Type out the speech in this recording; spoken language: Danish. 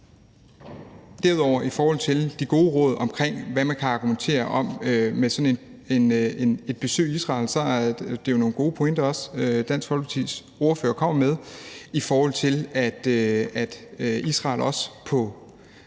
Derudover vil jeg i forhold til de gode råd om, hvad man kan argumentere om vedrørende sådan et besøg i Israel, sige, at det jo er nogle gode pointer, som Dansk Folkepartis ordfører kommer med – i forhold til at Israel på